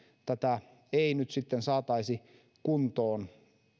tätä ei nyt saataisi kuntoon